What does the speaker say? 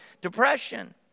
Depression